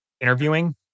interviewing